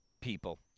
people